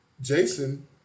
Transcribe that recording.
Jason